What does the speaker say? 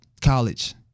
College